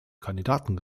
kandidaten